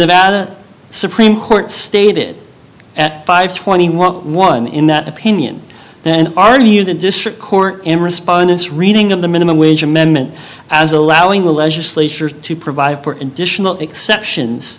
data supreme court stated at five twenty one in that opinion then are you the district court in response reading of the minimum wage amendment as allowing the legislature to provide additional exceptions